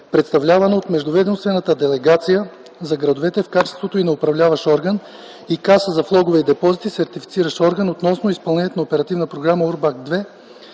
представлявана от Междуведомствена делегация за градовете в качеството й на управляващ орган и Каса за влогове и депозити – Сертифициращ орган, относно изпълнението на Оперативна програма „УРБАКТ